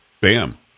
Bam